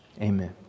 Amen